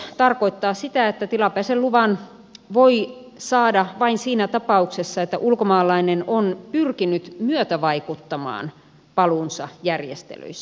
muutos tarkoittaa sitä että tilapäisen luvan voi saada vain siinä tapauksessa että ulkomaalainen on pyrkinyt myötävaikuttamaan paluunsa järjestelyissä